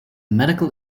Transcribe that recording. medical